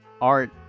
art